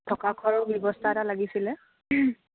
থকা খোৱাৰো ব্যৱস্থা এটা লাগিছিলে